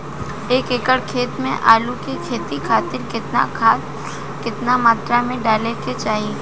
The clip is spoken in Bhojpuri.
एक एकड़ खेत मे आलू के खेती खातिर केतना खाद केतना मात्रा मे डाले के चाही?